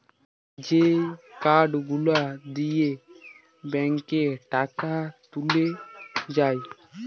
যেই কার্ড গুলা দিয়ে ব্যাংকে টাকা তুলে যায়